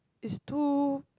is too